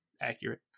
accurate